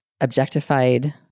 objectified